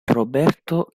roberto